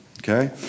Okay